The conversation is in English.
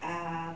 err